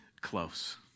close